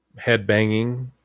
headbanging